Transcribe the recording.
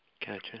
Gotcha